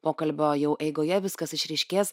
pokalbio jau eigoje viskas išryškės